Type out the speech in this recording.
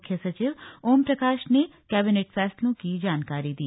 मुख्य सचिव ओमप्रकाश ने कैबिनेट फैसलों की जानकारी दी